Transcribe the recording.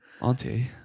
Auntie